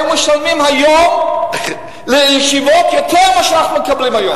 היינו משלמים היום לישיבות יותר מאשר אנחנו מקבלים היום.